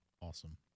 Awesome